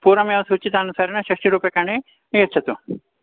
पूर्वमेव सूचितानुसरणे षष्टिरूप्यकाणि यच्छतु